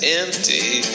empty